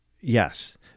yes